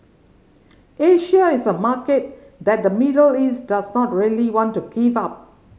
Asia is a market that the Middle East does not really want to give up